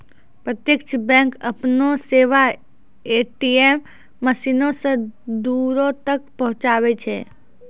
प्रत्यक्ष बैंक अपनो सेबा ए.टी.एम मशीनो से दूरो तक पहुचाबै छै